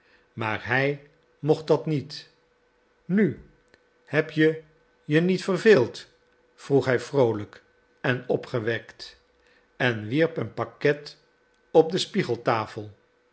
maar hij mocht dat niet nu heb je je niet verveeld vroeg hij vroolijk en opgewekt en wierp een pakket op de